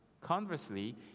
conversely